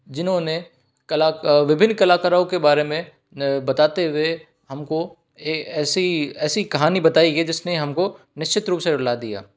जिन्होंने कला विभिन्न कलाकारों के बारे में बताते हुए हम को ऐसी ऐसी कहानी बताई के जिस ने हम को निश्चित रूप से रुला दिया